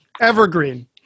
Evergreen